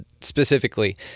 specifically